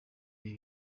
ibi